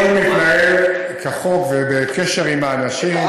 הכול מתנהל כחוק ובקשר עם האנשים,